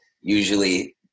Usually